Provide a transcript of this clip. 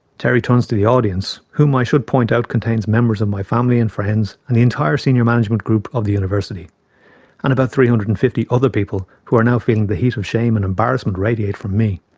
terry turns to the audience whom i should point out contains members of my family and friends and the entire senior management of the university. and about three hundred and fifty other people who are now feeling the heat of shame and embarrassment radiate from me.